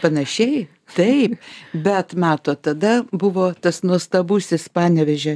panašiai taip bet matot tada buvo tas nuostabusis panevėžio